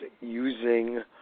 using